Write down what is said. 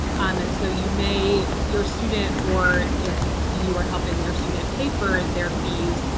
and so you may your student, or if you are helping your student pay for their fees,